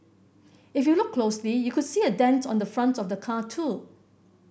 if you look closely you could see a dent on the front of the car too